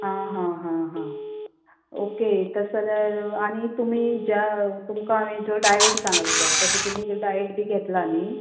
आं हां हां हां ओके तस जाल्यार आनी तुमी ज्या तुमका हांवें जो डायट सांगल्लो तसो तुमी डायट बी घेताला न्ही